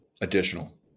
Additional